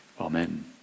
Amen